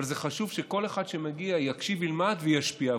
אבל זה חשוב שכל אחד שמגיע יקשיב וילמד וישפיע,